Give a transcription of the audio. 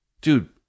Dude